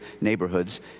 neighborhoods